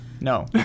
No